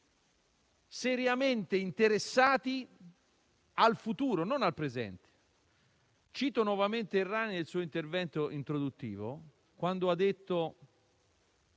seriamente interessati al futuro, non al presente. Cito nuovamente il collega Errani nel suo intervento introduttivo, quando ha detto